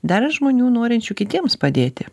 dar yra žmonių norinčių kitiems padėti